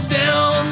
down